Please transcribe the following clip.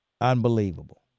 Unbelievable